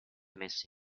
messe